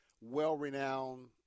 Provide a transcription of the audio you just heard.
well-renowned